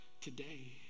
today